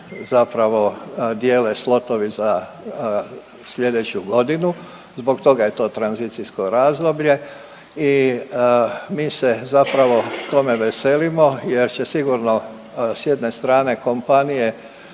zapravo dijele slotovi za slijedeću godinu. Zbog toga je to tranzicijsko razdoblje i mi se zapravo tome veselimo jer će sigurno s jedne strane kompanije